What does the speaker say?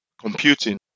computing